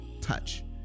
touch